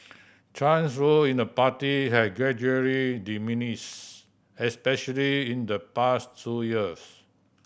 Chen's role in the party has gradually diminished especially in the past two years